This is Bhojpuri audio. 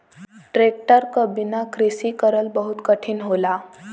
ट्रेक्टर क बिना कृषि करल बहुत कठिन होला